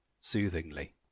soothingly